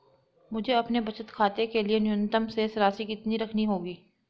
मुझे अपने बचत खाते के लिए न्यूनतम शेष राशि कितनी रखनी होगी?